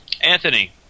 Anthony